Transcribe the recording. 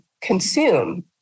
consume